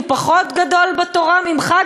הוא פחות גדול בתורה ממך,